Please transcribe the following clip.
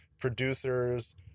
producers